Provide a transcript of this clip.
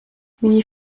wie